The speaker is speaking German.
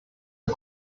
der